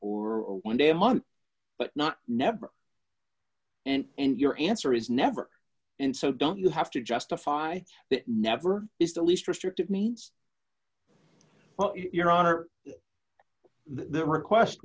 or one day a month but not never end and your answer is never in so don't you have to justify it never is the least restrictive means your honor the request